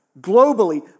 globally